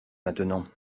maintenant